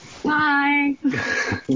Bye